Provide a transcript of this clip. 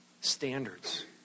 standards